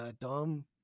dumb